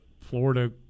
Florida